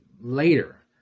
later